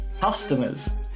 customers